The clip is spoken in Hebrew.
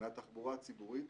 מהתחבורה הציבורית